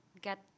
get